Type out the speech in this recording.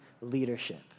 leadership